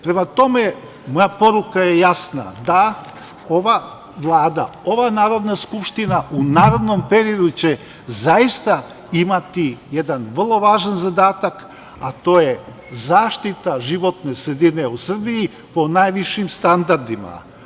Prema tome, moja poruka je jasna da ova Vlada, ova Narodna skupština u narednom periodu će zaista imati jedan vrlo važan zadatak, a to je zaštita životne sredine u Srbiji po najvišim standardima.